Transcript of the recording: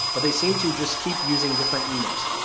but they seem to just keep using different emails,